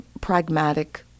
pragmatic